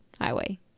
highway